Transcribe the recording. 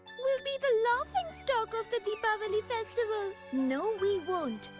we'll be the laughingstock of the dipavali festival. no we won't!